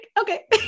Okay